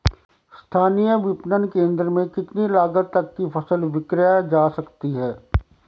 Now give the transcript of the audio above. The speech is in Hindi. स्थानीय विपणन केंद्र में कितनी लागत तक कि फसल विक्रय जा सकती है?